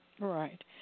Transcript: Right